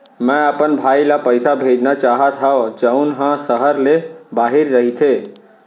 मै अपन भाई ला पइसा भेजना चाहत हव जऊन हा सहर ले बाहिर रहीथे